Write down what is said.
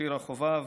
שירה חובב,